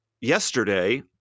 yesterday